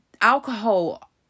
alcohol